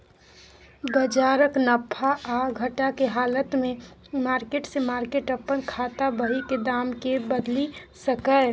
बजारक नफा आ घटा के हालत में मार्केट से मार्केट अपन खाता बही के दाम के बदलि सकैए